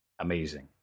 amazing